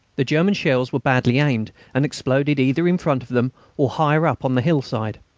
the german shells were badly aimed, and exploded either in front of them or higher up on the hillside.